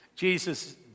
Jesus